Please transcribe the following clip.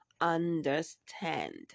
understand